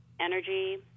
energy